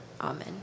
Amen